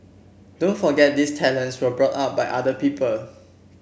don't forget these talents were brought up by other people